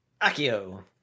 Akio